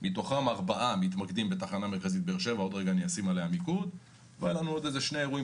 מתוכם ארבעה מתמקדים בתחנה מרכזית באר שבע והיו עוד שני אירועים